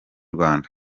rwanda